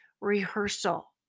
rehearsal